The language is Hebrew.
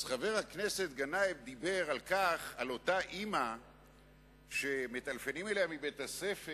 אז חבר הכנסת גנאים דיבר על אותה אמא שמטלפנים אליה מבית-הספר,